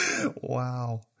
Wow